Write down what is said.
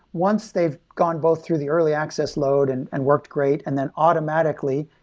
once they've gone both through the early access load and and worked great. and then, automatically,